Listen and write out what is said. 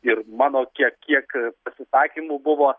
ir mano kiek kiek pasisakymų buvo